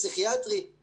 פסיכיאטרי,